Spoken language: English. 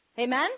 Amen